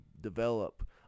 develop